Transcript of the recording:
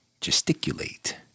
gesticulate